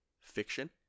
fiction